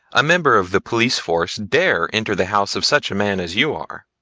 a member of the police force, dare enter the house of such a man as you are,